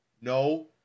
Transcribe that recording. no